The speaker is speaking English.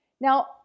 Now